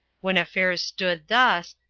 when affairs stood thus,